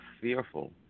fearful